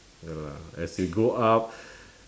ya lah as you grow up